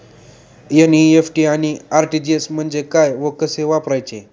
NEFT आणि RTGS म्हणजे काय व कसे वापरायचे?